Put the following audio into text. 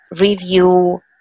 review